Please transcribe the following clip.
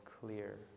clear